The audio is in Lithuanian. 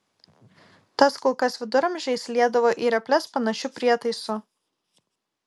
tas kulkas viduramžiais liedavo į reples panašiu prietaisu